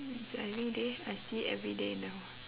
it's everyday I see it everyday now